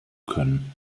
können